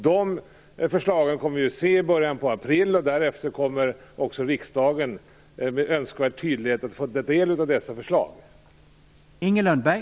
De förslagen kommer vi att se i början på april, och därefter kommer också riksdagen med önskvärd tydlighet att få ta del av dessa förslag.